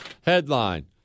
Headline